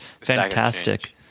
fantastic